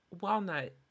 Walnut